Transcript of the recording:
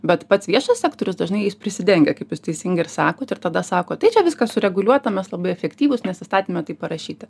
bet pats viešas sektorius dažnai prisidengia kaip jūs teisingai ir sakot ir tada sako tai čia viskas sureguliuota mes labai efektyvūs nes įstatyme taip parašyta